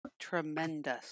Tremendous